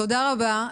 תודה רבה.